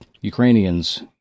Ukrainians